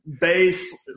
Base